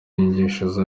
inyigisho